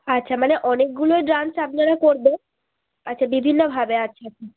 আচ্ছা মানে অনেকগুলোই ডান্স আপনারা করবেন আচ্ছা বিভিন্নভাবে আচ্ছা আচ্ছা